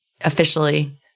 officially